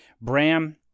Bram